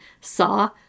saw